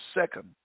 second